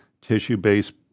tissue-based